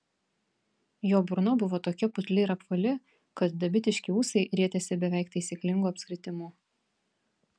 jo burna buvo tokia putli ir apvali kad dabitiški ūsai rietėsi beveik taisyklingu apskritimu